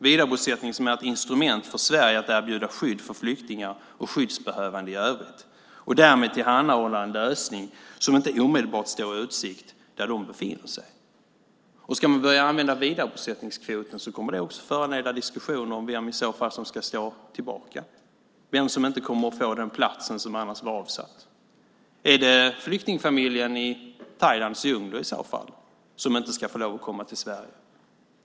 Vidarebosättningen är ett instrument för Sverige att erbjuda skydd för flyktingar och skyddsbehövande i övrigt och därmed tillhandahålla en lösning som inte omedelbart står i utsikt där de befinner sig. Ska man börja använda vidarebosättningskvoten kommer det också att föranleda diskussioner om vem som i så fall ska stå tillbaka, vem som inte kommer att få den plats som annars var avsatt. Är det flyktingfamiljen i Thailands djungler i så fall som inte ska få lov att komma till Sverige?